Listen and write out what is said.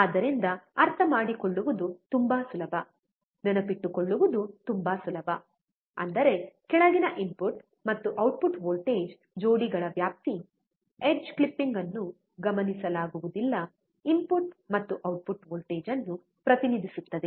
ಆದ್ದರಿಂದ ಅರ್ಥಮಾಡಿಕೊಳ್ಳುವುದು ತುಂಬಾ ಸುಲಭ ನೆನಪಿಟ್ಟುಕೊಳ್ಳುವುದು ತುಂಬಾ ಸುಲಭ ಅಂದರೆ ಕೆಳಗಿನ ಇನ್ಪುಟ್ ಮತ್ತು ಔಟ್ಪುಟ್ ವೋಲ್ಟೇಜ್ ಜೋಡಿಗಳ ವ್ಯಾಪ್ತಿ ಎಡ್ಜ್ ಕ್ಲಿಪಿಂಗ್ ಅನ್ನು ಗಮನಿಸಲಾಗುವುದಿಲ್ಲ ಇನ್ಪುಟ್ ಮತ್ತು ಔಟ್ಪುಟ್ ವೋಲ್ಟೇಜ್ ಅನ್ನು ಪ್ರತಿನಿಧಿಸುತ್ತದೆ